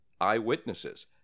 eyewitnesses